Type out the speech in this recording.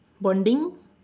bonding